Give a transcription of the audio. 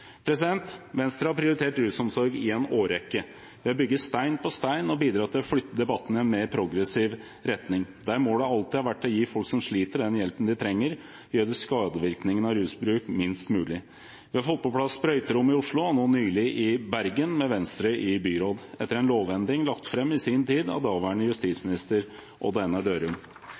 Venstre har prioritert rusomsorg i en årrekke. Vi har bygget stein på stein og bidratt til å flytte debatten i en mer progressiv retning, der målet alltid har vært å gi folk som sliter, den hjelpen de trenger, og gjøre skadevirkningene av rusbruk minst mulig. Vi har fått på plass sprøyterom i Oslo, og nå nylig i Bergen, med Venstre i byråd, etter en lovendring lagt fram i sin tid av daværende justisminister Odd Einar Dørum.